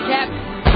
Captain